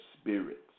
spirits